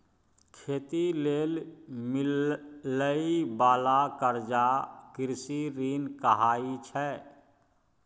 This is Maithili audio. खेती लेल मिलइ बाला कर्जा कृषि ऋण कहाइ छै